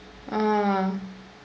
ah